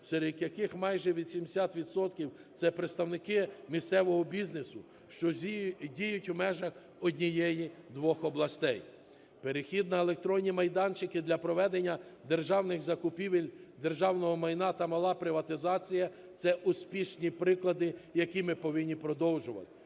серед яких майже 80 відсотків це представники місцевого бізнесу, що діють у межах однієї двох областей. Перехід на електронні майданчики для проведення державних закупівель державного майна та мала приватизація – це успішні приклади, які ми повинні продовжувати.